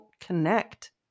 connect